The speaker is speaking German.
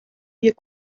wir